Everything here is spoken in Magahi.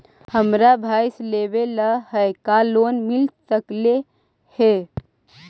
हमरा भैस लेबे ल है का लोन मिल सकले हे?